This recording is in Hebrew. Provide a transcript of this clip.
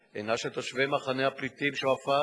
היא של תושבי מחנה הפליטים שועפאט,